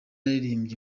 yaririmbye